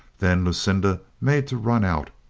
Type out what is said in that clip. then lucinda made to run out,